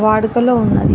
వాడుకలో ఉన్నది